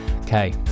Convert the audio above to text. Okay